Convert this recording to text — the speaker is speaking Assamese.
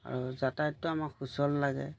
আৰু যাতায়তো আমাক সুচল লাগে